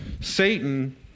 Satan